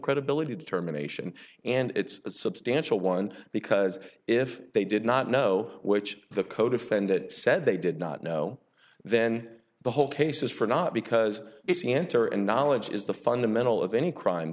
credibility determination and it's a substantial one because if they did not know which the codefendant said they did not know then the whole case is for not because it's the enter and knowledge is the fundamental of any crime